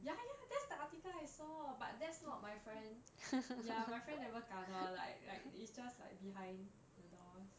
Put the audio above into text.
ya ya that's the article I saw but that's not my friend ya my friend never kena like like it's just like behind the doors